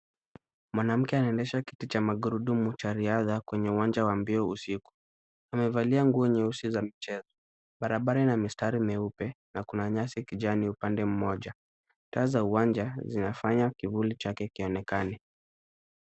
Mwanamke anaendesha kiti cha magurudumu cha riadha kwenye uwanja wa mbio usiku. Amevalia nguo nyeusi za mchezo. Barabara ina mistari meupe na kuna nyasi kijani upande mmoja. Taa za uwanja zinafanya kivuli chake kionekane.